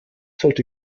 sollte